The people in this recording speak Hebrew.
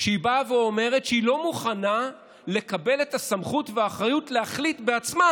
היא באה ואומרת שהיא לא מוכנה לקבל את הסמכות והאחריות להחליט בעצמה,